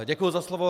Děkuji za slovo.